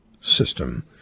system